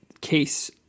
case